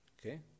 Okay